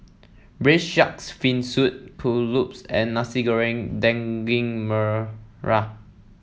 Braised Shark Fin Soup Kuih Lopes and Nasi Goreng Daging Merah